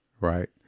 Right